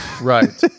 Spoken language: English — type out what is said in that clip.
Right